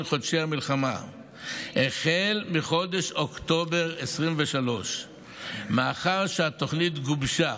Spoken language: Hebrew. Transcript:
חודשי המלחמה החל מחודש אוקטובר 2023. מאחר שהתוכנית גובשה